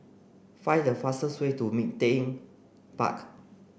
find the fastest way to Ming Teck Park